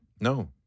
No